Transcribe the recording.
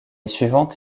suivante